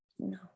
No